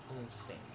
insane